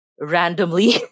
randomly